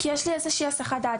כי יש לי איזושהי הסחת דעת,